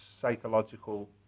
psychological